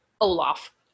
Olaf